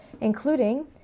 including